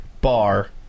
Bar